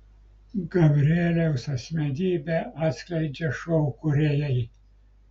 gabrieliaus asmenybę atskleidžia šou kūrėjai